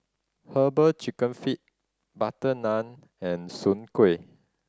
Herbal Chicken Feet butter naan and Soon Kueh